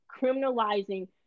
criminalizing